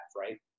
right